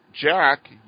Jack